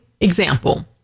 example